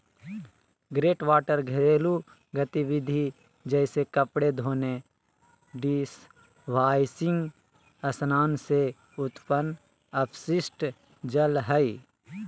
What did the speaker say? greywater घरेलू गतिविधिय जैसे कपड़े धोने, डिशवाशिंग स्नान से उत्पन्न अपशिष्ट जल हइ